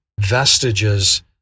vestiges